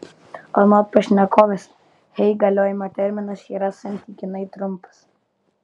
anot pašnekovės hey galiojimo terminas yra santykinai trumpas